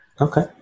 Okay